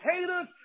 haters